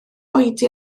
oedi